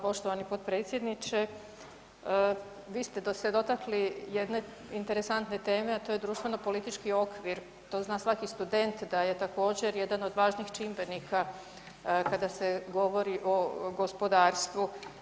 Poštovani potpredsjedniče vi ste se dotakli jedne interesantne teme, a to je društveno-politički okvir, to zna svaki student da je također jedan od važnih čimbenika kada se govori o gospodarstvu.